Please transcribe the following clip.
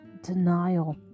denial